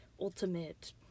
ultimate